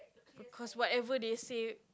cause whatever they say